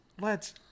lets